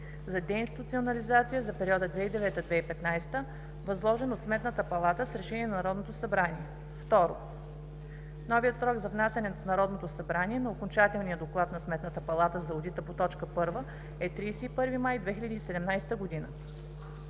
за деинституционализация за периода 2009 – 2015 г. възложен на Сметната палата с Решение на Народното събрание. 2. Новият срок за внасяне в Народното събрание на окончателния Доклад на Сметната палата за одита по т. 1 е 31 май 2017 г.“